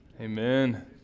Amen